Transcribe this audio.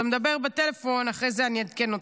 אתה מדבר בטלפון, אז אחרי זה אני אעדכן אותך: